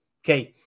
okay